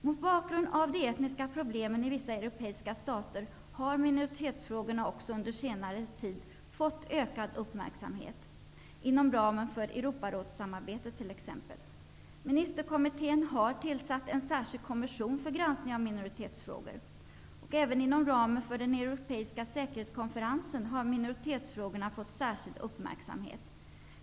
Mot bakgrund av de etniska problemen i vissa europeiska stater har minoritetsfrågorna under senare tid också fått ökad uppmärksamhet, t.ex. inom ramen för Europarådsarbetet. Ministerkommittén har tillsatt en särskild kommission för granskning av minoritetsfrågor. Även inom ramen för den europeiska säkerhetskonferensen har minoritetsfrågorna fått särskild uppmärksamhet.